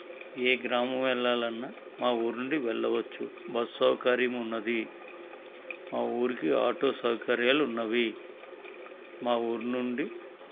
ఏ గ్రామం వెళ్ళాలి అన్నా మా ఊరి నుండి వెళ్ళవచ్చు బస్సు సౌకర్యం ఉన్నది మా ఊరికి ఆటో సౌకర్యాలు ఉన్నవి మా ఊరి నుండి